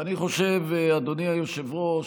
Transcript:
ואני חושב, אדוני היושב-ראש,